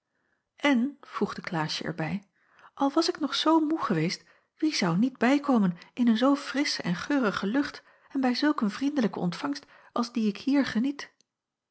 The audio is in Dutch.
en voegde klaasje er bij al was ik nog zoo moê geweest wie zou niet bijkomen in een zoo frissche en geurige lucht en bij zulk een vriendelijke ontvangst als die ik hier geniet